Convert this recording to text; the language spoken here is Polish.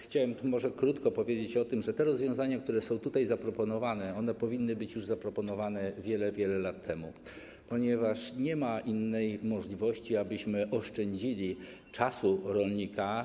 Chciałbym krótko powiedzieć o tym, że te rozwiązania, które są tutaj zaproponowane, powinny być zaproponowane już wiele, wiele lat temu, ponieważ nie ma innej możliwości, abyśmy oszczędzili czas rolnika.